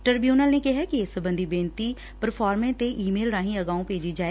tribunal ਨੇ ਕਿਹੈ ਕਿ ਇਸ ਸਬੰਧੀ ਬੇਨਤੀ ਜ਼ਰੁਰੀ ਪਰੋਫਾਰਮੇ ਤੇ ਈਮੇਲ ਰਾਹੀ ਅਗਾਉ ਭੇਜੀ ਜਾਏ